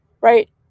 right